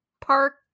Park